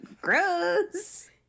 gross